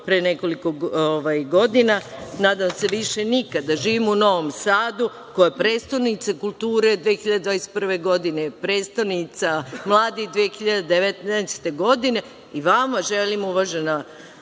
pre nekoliko godina i nadam se više nikada. Živim u Novom Sadu, koji je prestonica kulture 2021. godine, prestonica mladih 2019. godine, i vama želim, uvažena